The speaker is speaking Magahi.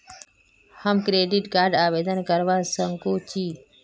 हम क्रेडिट कार्ड आवेदन करवा संकोची?